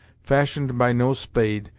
fashioned by no spade,